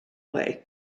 way